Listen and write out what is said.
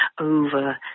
over